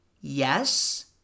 Yes